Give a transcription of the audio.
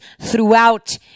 throughout